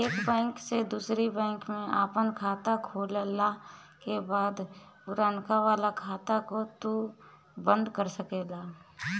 एक बैंक से दूसरी बैंक में आपन खाता खोलला के बाद पुरनका वाला खाता के तू बंद कर सकेला